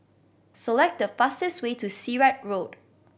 select the fastest way to Sirat Road